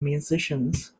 musicians